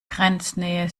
grenznähe